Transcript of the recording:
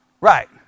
Right